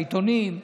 בעיתונים,